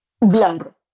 blood